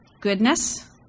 goodness